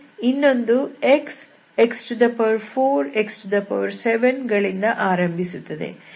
ಇನ್ನೊಂದು x x4 x7 ಗಳಿಂದ ಆರಂಭಿಸುತ್ತದೆ